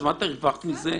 אז מה הרווחת מזה?